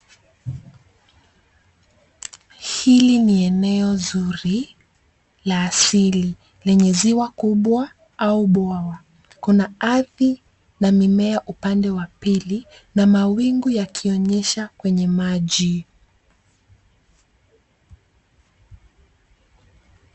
Hili ni eneo zuri, la asili lenye ziwa kubwa au bwawa. Kuna ardhi na mimea upande wa pili na mawingu yakionyesha kwenye maji.